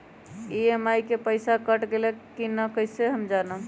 EMI के पईसा कट गेलक कि ना कइसे हम जानब?